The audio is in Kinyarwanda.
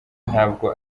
ntabwo